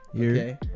Okay